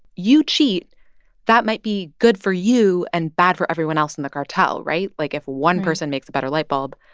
you cheat that might be good for you and bad for everyone else in the cartel, right? like, if. right. one person makes a better light bulb,